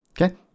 Okay